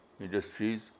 industries